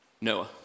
Noah